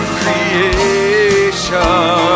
creation